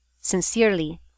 sincerely